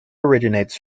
originates